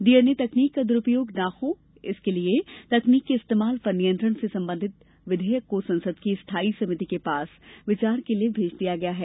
DNA तकनीक का द्रूपयोग न हो सके इसके लिये तकनीक के इस्तेमाल पर नियंत्रण से संबंधित विधेयक को संसद की स्थायी समिति के पास विचार के लिए भेज दिया गया है